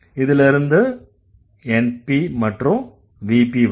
இதுல இருந்து NP மற்றும் VP வரும்